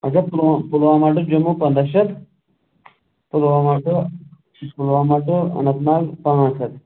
اگر پُلوام پُلوامہ ٹُو جموں پنٛداہ شَتھ Pulwama to Pulwama to Anantnag پانٛژھ ہَتھ